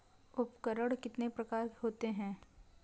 उपकरण कितने प्रकार के होते हैं?